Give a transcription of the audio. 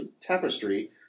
tapestry